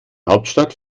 hauptstadt